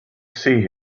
see